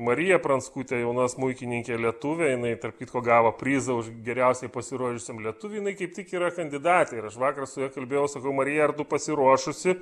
marija pranskutė jauna smuikininkė lietuvė jinai tarp kitko gavo prizą už geriausiai pasirodžiusiam lietuviui jinai kaip tik yra kandidatė ir aš vakar su ja kalbėjau sakau marija ar tu pasiruošusi